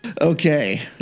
Okay